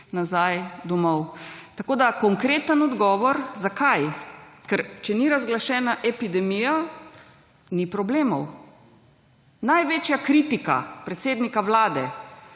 nazaj domov. Konkreten odgovor, zakaj? Ker če ni razglašena epidemija ni problemov. Največja kritika predsednika vlade,